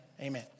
Amen